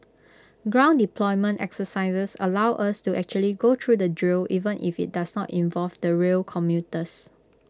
ground deployment exercises allow us to actually go through the drill even if IT does not involve the rail commuters